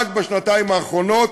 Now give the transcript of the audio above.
רק בשנתיים האחרונות,